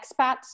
expats